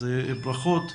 ברכות.